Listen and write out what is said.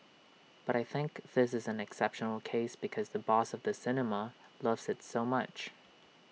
but I think this is an exceptional case because the boss of the cinema loves IT so much